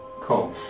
Cool